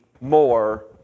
more